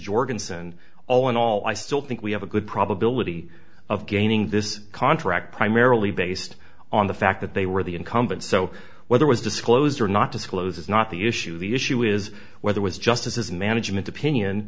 jorgensen all in all i still think we have a good probability of gaining this contract primarily based on the fact that they were the incumbent so whether was disclosed or not disclosed is not the issue the issue is whether was just as his management opinion